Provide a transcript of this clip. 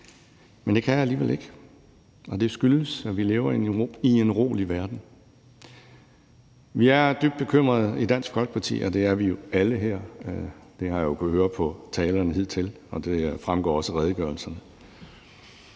Men det kan jeg alligevel ikke, og det skyldes, at vi lever i en urolig verden. Vi er dybt bekymrede i Dansk Folkeparti. Det er vi alle her. Det har jeg jo kunnet høre på talerne hidtil, og det fremgår også af redegørelsen.